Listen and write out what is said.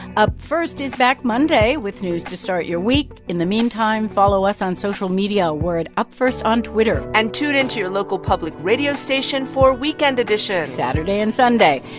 up first is monday with news to start your week. in the meantime, follow us on social media. we're at upfirst on twitter and tune into your local public radio station for weekend edition saturday and sunday.